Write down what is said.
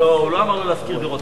כל יום עוד אחד.